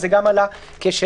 זה גם עלה כשאלות.